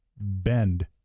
bend